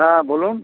হ্যাঁ বলুন